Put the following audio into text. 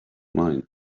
mine